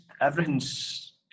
everything's